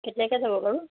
কেতিয়াকৈ যাব বাৰু